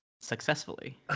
Successfully